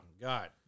God